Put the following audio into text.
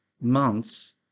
months